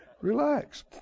Relax